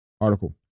article